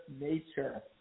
nature